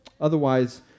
Otherwise